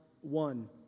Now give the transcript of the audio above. one